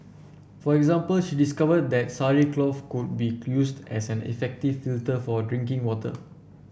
for example she discovered that sari cloth could be used as an effective filter for drinking water